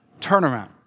turnaround